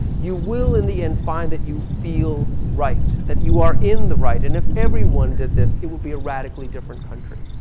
you will in the end find that you feel right. that you are in the right and if everyone did this, it would be a radically different country.